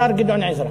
השר גדעון עזרא,